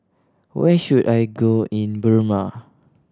where should I go in Burma